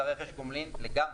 את רכש הגומלין לגמרי.